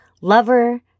lover